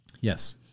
Yes